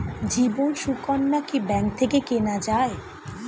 জীবন সুকন্যা কি ব্যাংক থেকে কেনা যায়?